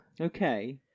Okay